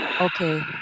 Okay